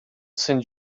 send